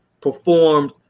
performed